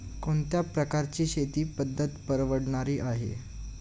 कोणत्या प्रकारची शेती पद्धत परवडणारी आहे?